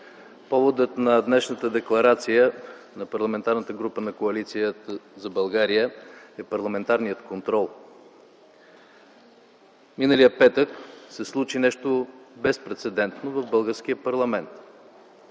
Поводът на днешната декларация на Парламентарната група на Коалиция за България е парламентарният контрол. Миналия петък се случи нещо безпрецедентно в българския парламент